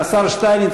השר שטייניץ,